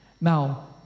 Now